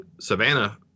Savannah